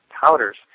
powders